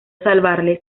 salvarle